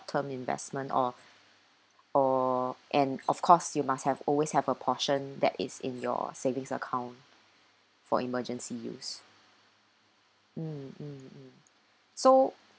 term investment or or and of course you must have always have a portion that is in your savings account for emergency use mm mm mm so